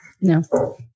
No